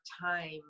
time